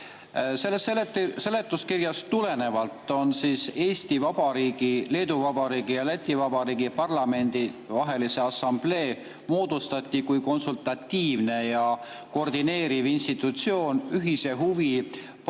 Sellest seletuskirjast tulenevalt on Eesti Vabariigi, Leedu Vabariigi ja Läti Vabariigi Parlamentidevaheline Assamblee moodustatud kui konsultatiivne ja koordineeriv institutsioon ühist huvi pakkuvate